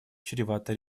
чревата